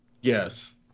Yes